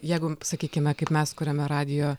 jeigu sakykime kaip mes kuriame radijo